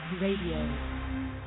Radio